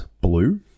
blue